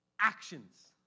actions